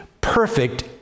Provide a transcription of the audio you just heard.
perfect